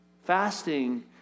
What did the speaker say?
Fasting